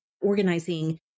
organizing